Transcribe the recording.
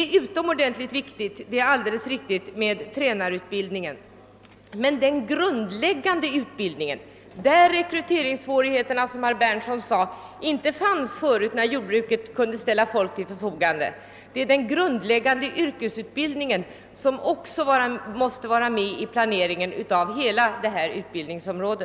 Jag vill också säga till herr Hansson i Skegrie, att tränarutbildningen visserligen är viktig men att den grundläggande yrkesutbildningen också måste tas med i planeringen nu när vi såsom herr Berndtsson sade inte kan som förut rekrytera folk som jordbruket ställer till förfogande.